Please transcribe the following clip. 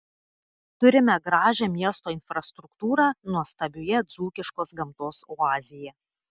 turime gražią miesto infrastruktūrą nuostabioje dzūkiškos gamtos oazėje